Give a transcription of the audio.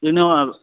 renewal